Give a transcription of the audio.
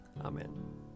Amen